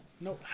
No